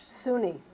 Sunni